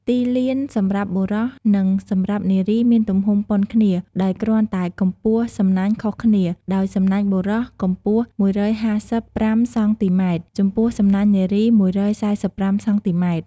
ទីលានសម្រាប់បុរស និង សម្រាប់នារីមានទំហំប៉ុនគ្នាដោយគ្រាន់តែកំពស់សំណាញ់ខុសគ្នា ដោយសំណាញ់បុរសកំពស់ ១៥៥ សង់ទីម៉ែត្រ ចំពោះសំណាញ់នារី ១៤៥ សង់ទីម៉ែត្រ ។